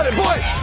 ah boys.